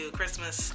Christmas